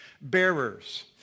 bearers